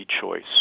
choice